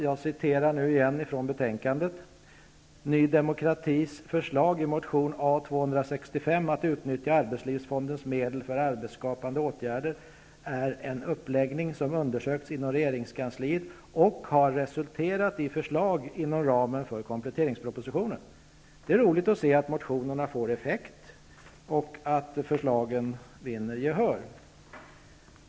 Jag citerar ur utskottets betänkande: ''Ny demokratis förslag i motion A265 att utnyttja arbetslivsfondens medel för arbetsskapande åtgärder är en uppläggning som undersökts inom regeringskansliet och har resulterat i förslag inom ramen för kompletteringspropositionen.'' Det är roligt att se att motionerna får effekt och att förslagen vinner gehör.